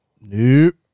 Nope